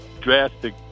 drastic